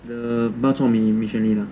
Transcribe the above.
the bak chor mee recently ah